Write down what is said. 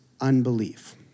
unbelief